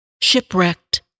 shipwrecked